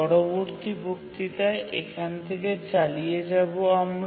পরবর্তী বক্তৃতা এখান থেকে চালিয়ে যাব আমরা